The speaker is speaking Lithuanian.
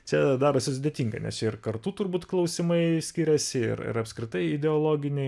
čia darosi sudėtinga nes ir kartų turbūt klausimai skiriasi ir ir apskritai ideologiniai